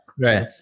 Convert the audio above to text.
right